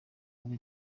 kuba